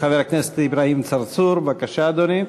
חבר הכנסת אברהים צרצור, בבקשה, אדוני.